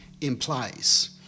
implies